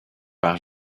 par